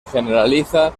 generaliza